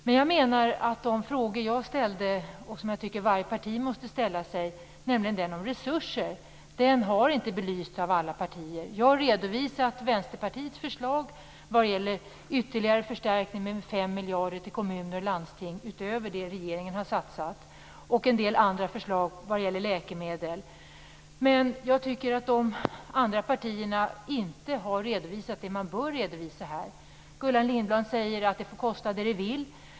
Men jag menar att de frågor som jag ställde - som varje parti måste ställa - om resurser inte har belysts av alla partier. Jag har redovisat Vänsterpartiets förslag vad gäller ytterligare förstärkning med 5 miljarder till kommuner och landsting utöver det regeringen har satsat och en del andra förslag vad gäller läkemedel. Jag tycker inte att de andra partierna har redovisat det som de bör redovisa här. Gullan Lindblad säger att det får kosta vad det vill.